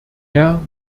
herr